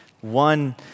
One